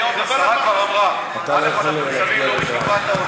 היום השרה כבר אמרה, לא מקופת האוצר.